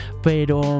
Pero